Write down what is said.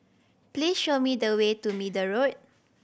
please show me the way to Middle Road